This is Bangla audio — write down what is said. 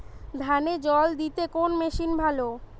ধানে জল দিতে কোন মেশিন ভালো?